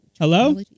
hello